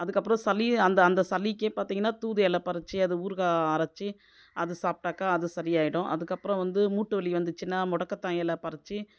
அதுக்கப்புறம் சளி அந்த அந்த சளிக்கே பார்த்தீங்கன்னா தூது இலை பறித்து அதை ஊறுகாய் அரைத்து அதை சாப்பிட்டாக்கா அது சரியாகிடும் அதுக்கப்புறம் வந்து மூட்டுவலி வந்துச்சுன்னா முடக்கத்தான் எல பறிச்சி